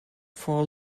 for